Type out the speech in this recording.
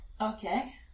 Okay